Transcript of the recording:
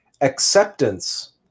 Acceptance